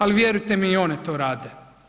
Ali, vjerujte mi i one to rade.